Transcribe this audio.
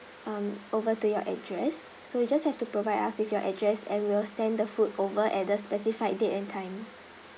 um over to your address so you just have to provide us with your address and we'll send the food over at the specified date and time